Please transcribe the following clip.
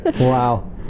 Wow